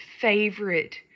favorite